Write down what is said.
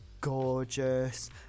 gorgeous